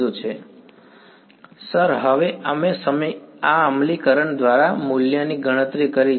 વિદ્યાર્થી સર હવે અમે આ અમલીકરણ દ્વારા મૂલ્યની ગણતરી કરી છે